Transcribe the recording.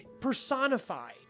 Personified